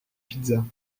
pizzas